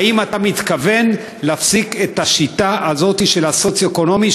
האם אתה מתכוון להפסיק את השיטה הזאת של המדד הסוציו-אקונומי,